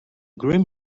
grim